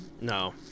no